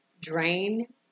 drain